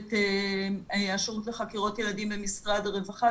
מנהלת השירות לחקירות ילדים במשרד הרווחה,